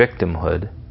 victimhood